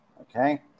okay